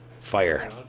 Fire